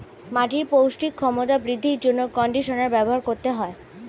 মাটির পৌষ্টিক ক্ষমতা বৃদ্ধির জন্য কন্ডিশনার ব্যবহার করতে হয়